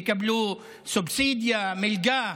יקבלו סובסידיה, מלגה?